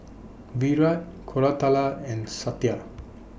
Virat Koratala and Satya